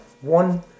one